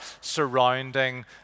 surrounding